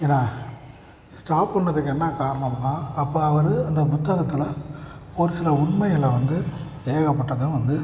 என்ன ஸ்டாப் பண்ணுணதுக்கு என்ன காரணம்னா அப்போ அது அந்த புத்தகத்தில் ஒரு சில உண்மைகளை வந்து ஏகப்பட்டது வந்து